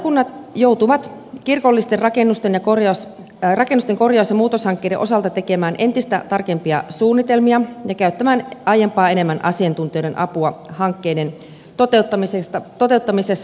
seurakunnat joutuvat kirkollisten rakennusten korjaus ja muutoshankkeiden osalta tekemään entistä tarkempia suunnitelmia ja käyttämään aiempaa enemmän asiantuntijoiden apua hankkeiden toteuttamisessa